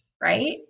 right